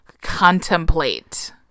contemplate